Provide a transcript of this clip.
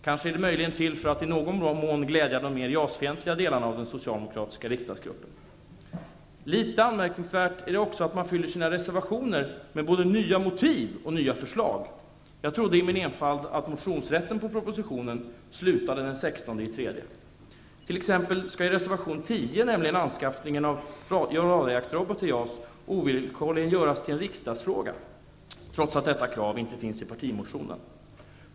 Möjligen är det till för att i någon mån glädja de mer JAS-fientliga delarna av den socialdemokratiska riksdagsgruppen? Litet anmärkningsvärt är det också att man fyller sina reservationer med både nya motiv och nya förslag. Jag trodde i min enfald att motionsrätten på propositionen slutade den 16 mars. T.ex. skall anskaffningen av radarjaktrobot till JAS, reservation 10, ovillkorligen göras till en riksdagsfråga, trots att detta krav inte finns i partimotionen.